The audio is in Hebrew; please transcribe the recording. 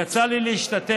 יצא לי להשתתף